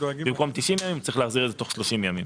במקום 90 ימים, צריך להחזיר את זה תוך 30 ימים.